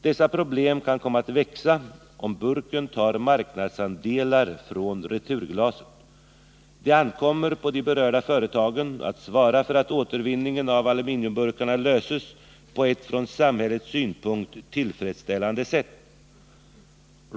Dessa problem kan komma att växa om burken tar marknadsandelar från returglaset. Det ankommer på de berörda företagen att svara för att frågan om återvinningen av aluminiumburkarna löses på ett från samhällets synpunkt tillfredsställande sätt.